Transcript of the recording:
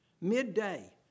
midday